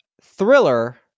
thriller